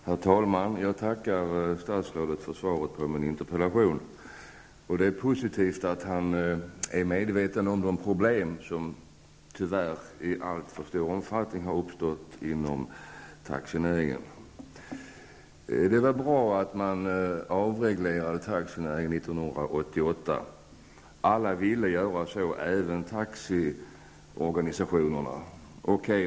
Herr talman! Jag tackar statsrådet för svaret på min interpellation. Det är positivt att han är medveten om de problem som tyvärr i alltför stor omfattning har uppstått inom taxinäringen. Det var bra att man avreglerade taxinäringen 1988. Alla ville göra så, även taxiorganisationerna.